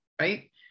right